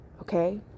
Okay